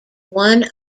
one